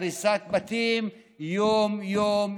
הריסת בתים יום-יום,